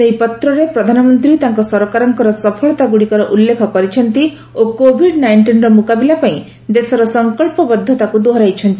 ସେହି ପତ୍ରରେ ପ୍ରଧାନମନ୍ତ୍ରୀ ତାଙ୍କ ସରକାରଙ୍କର ସଫଳତାଗୁଡ଼ିକର ଉଲ୍ଲେଖ କରିଛନ୍ତି ଓ କୋଭିଡ୍ ନାଇଂଟିନର ମୁକାବିଲା ପାଇଁ ଦେଶର ସଂକଳ୍ପବଦ୍ଧତାକୁ ଦୋହରାଇଛନ୍ତି